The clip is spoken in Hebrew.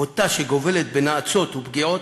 בוטה, שגובלת בנאצות ופגיעות,